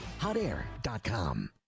Hotair.com